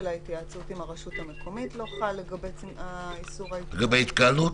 ההתייעצות עם הרשות המקומית לא חל לגבי איסור ההתקהלות.